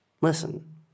listen